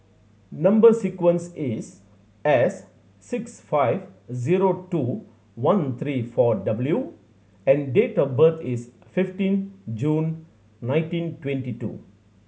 number sequence is S six five zero two one three four W and date of birth is fifteen June nineteen twenty two